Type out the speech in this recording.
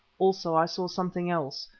also i saw something else,